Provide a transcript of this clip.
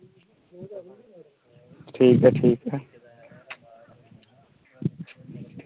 ठीक ऐ ठीक ऐ